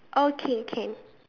okay can